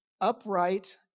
upright